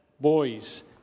boys